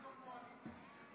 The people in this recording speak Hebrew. אבל כל הקואליציה נרשמה.